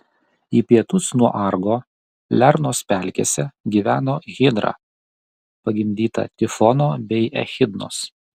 į pietus nuo argo lernos pelkėse gyveno hidra pagimdyta tifono bei echidnos